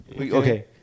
Okay